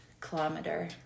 kilometer